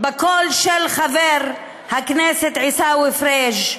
בקול של חבר הכנסת עיסאווי פריג',